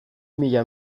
mila